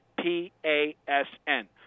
P-A-S-N